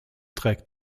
trägt